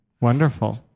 Wonderful